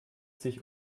sich